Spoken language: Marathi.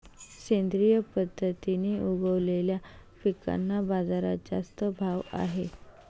सेंद्रिय पद्धतीने उगवलेल्या पिकांना बाजारात जास्त भाव आहे